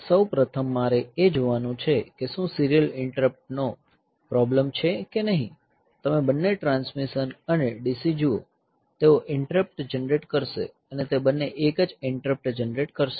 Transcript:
સૌ પ્રથમ મારે એ જોવાનું છે કે શું સીરીયલ ઈન્ટરપ્ટનો પ્રોબ્લેમ છે કે નહિ તમે બંને ટ્રાન્સમિશન અને DC જુઓ તેઓ ઈન્ટરપ્ટ્સ જનરેટ કરશે અને તે બંને એક જ ઈન્ટરપ્ટ જનરેટ કરશે